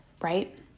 right